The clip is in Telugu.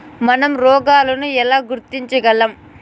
మనం రోగాలను ఎలా గుర్తించగలం?